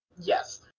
Yes